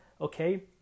Okay